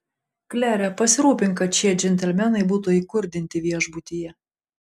klere pasirūpink kad šie džentelmenai būtų įkurdinti viešbutyje